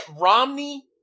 Romney